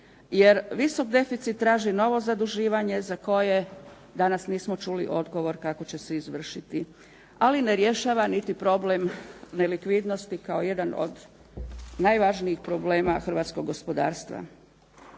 jer visok deficit traži novo zaduživanje za koje danas nismo čuli odgovor kako će se izvršiti. Ali ne rješava niti problem nelikvidnosti kao jedan od najvažnijih problema hrvatskog gospodarstva.